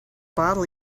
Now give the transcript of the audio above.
bottle